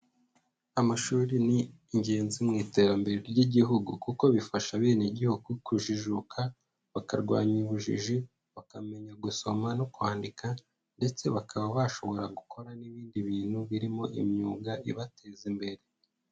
Amashuri ni ingenzi mu iterambere ry'Igihugu kuko bifasha abenegihugu kujijuka, bakarwanya ubujiji, bakamenya gusoma no kwandika ndetse bakaba bashobora gukora n'ibindi bintu birimo imyuga ibateza imbere.